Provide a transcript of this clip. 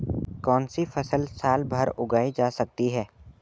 कौनसी फसल साल भर उगाई जा सकती है?